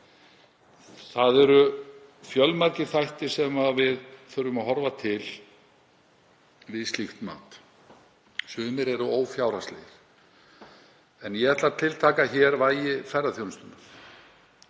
Það eru fjölmargir þættir sem við þurfum að horfa til við slíkt mat. Sumir eru ófjárhagslegir en ég ætla að tiltaka hér vægi ferðaþjónustunnar,